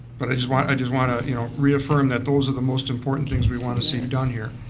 but i just want just want to, you know, reaffirm that those are the most important things we want to see done here.